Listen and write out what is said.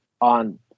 on